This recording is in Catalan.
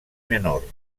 menor